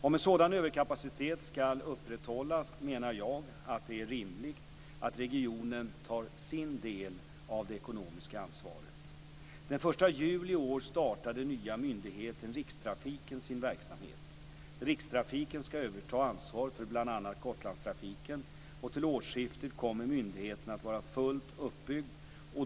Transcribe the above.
Om en sådan överkapacitet skall upprätthållas menar jag att det är rimligt att regionen tar sin del av det ekonomiska ansvaret. Den 1 juli i år startar den nya myndigheten Rikstrafiken sin verksamhet. Rikstrafiken skall överta ansvaret för bl.a. Gotlandstrafiken, och till årsskiftet kommer myndigheten att vara fullt uppbyggd.